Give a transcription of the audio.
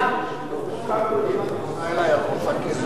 הוסכם,